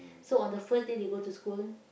so on the first day they go to school